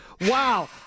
Wow